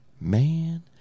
Man